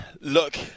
Look